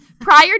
Prior